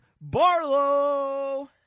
Barlow